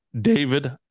David